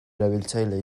erabiltzaile